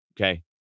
okay